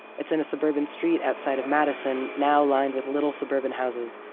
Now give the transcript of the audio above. it's in a suburban street outside of madison, now lined with little suburban houses,